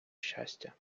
щастя